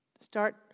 Start